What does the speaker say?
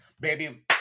Baby